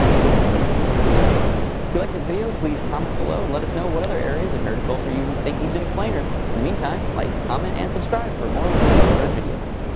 feels like a million years ago. if you like this video, please comment below and let us know what other areas of nerd culture you and think needs an explainer. in the meantime, like, comment, and subscribe for more total nerd videos.